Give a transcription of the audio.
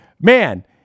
man